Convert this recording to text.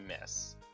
miss